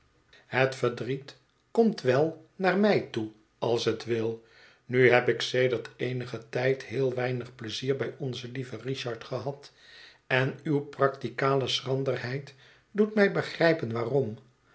het verdriet komt wel naar mij toe als het wil nu heb ik sedert eenigen tijd heel weinig pleizier bij onzen lieven richard gehad en uwe practicale schranderheid doet mij begrijpen waarom